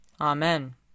Amen